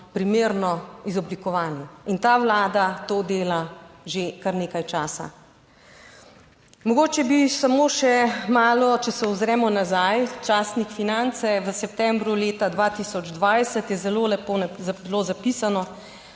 primerno izoblikovani in ta vlada to dela že kar nekaj časa. Mogoče bi samo še malo, če se ozremo nazaj, Časnik Finance v septembru leta 2020 je zelo lepo bilo zapisano,